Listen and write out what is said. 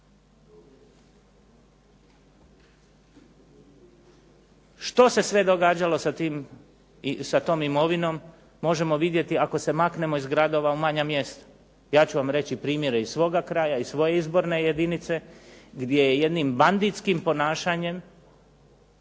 Što se sve događalo sa tim i sa tom imovinom, možemo vidjeti ako se maknemo iz gradova u manja mjesta. Ja ću vam reći primjere iz svoga kraja, iz svoje izborne jedinice, gdje je jednim banditskim ponašanjem